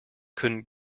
couldn’t